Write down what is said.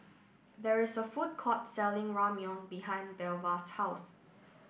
there is a food court selling Ramyeon behind Belva's house